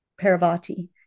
Parvati